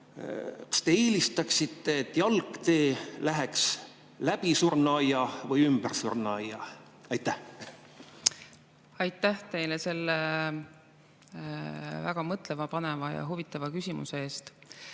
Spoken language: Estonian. kas te eelistaksite, et jalgtee läheks läbi surnuaia või ümber surnuaia? Aitäh teile selle väga mõtlemapaneva ja huvitava küsimuse eest!